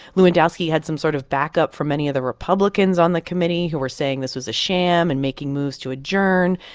lewandowski had some sort of backup for many of the republicans on the committee who were saying this was a sham and making moves to adjourn.